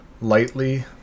lightly